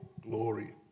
glory